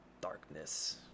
darkness